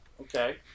Okay